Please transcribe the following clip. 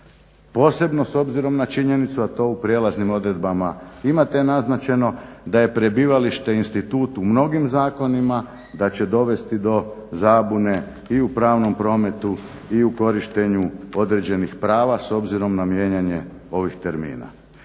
posebno s obzirom na činjenicu a to u prijelaznim odredbama imate naznačeno da je prebivalište institut u mnogim zakonima, da će dovesti do zabune i u pravnom prometu i u korištenju određenih prava s obzirom na mijenjanje ovih termina.